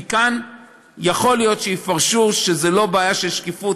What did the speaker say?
כי כאן יכול להיות שיפרשו שזו לא בעיה של שקיפות,